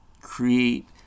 create